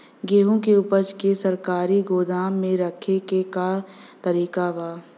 गेहूँ के ऊपज के सरकारी गोदाम मे रखे के का तरीका बा?